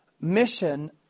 Mission